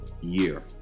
year